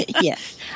Yes